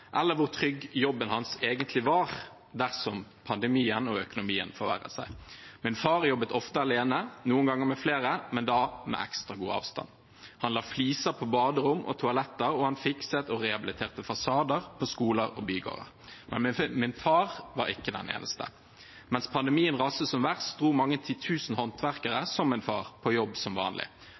eller hvor trygg jobben hans egentlig var dersom pandemien og økonomien forverret seg. Min far jobbet ofte alene, noen ganger med flere, men da med ekstra god avstand. Han la fliser på baderom og toaletter, og han fikset og rehabiliterte fasader på skoler og bygårder. Men min far var ikke den eneste. Mens pandemien raste som verst, dro mange titusener håndverkere, som min far, på jobb som vanlig.